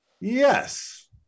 Yes